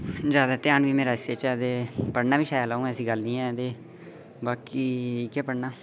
जैदा ध्यान बी मेरा इस्सै च ते पढ़ना बी शैल अ'ऊं ऐसी गल्ल नेईं ऐ जे बाकी इ'यै पढ़ना